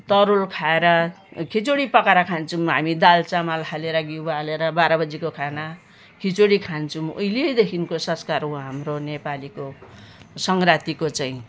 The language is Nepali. तरुल खाएर खिचडी पकाएर खान्छौँ हामी दाल चामल हालेर घिउ हालेर बाह्र बजीको खाना खिचडी खान्छौँ उहिलेदेखिको संस्कार हो हाम्रो नेपालीको सङ्क्रान्तिको चाहिँ